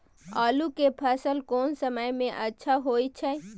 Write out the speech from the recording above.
आलू के फसल कोन समय में अच्छा होय छै?